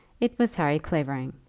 it was harry clavering.